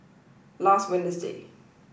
last Wednesday